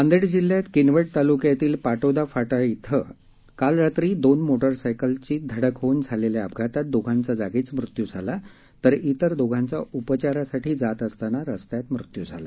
नांदेड जिल्ह्यात किनवट तालूक्यातील पाटोदा फाटा श्री काल रात्री दोन मोटारसायकलची धडक होऊन झालेल्या अपघातात दोघांचा जागीच मृत्यू झाला तर अन्य दोघांचा उपचारासाठी जात असताना रस्त्यात मृत्यू झाला